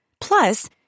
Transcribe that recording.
Plus